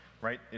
right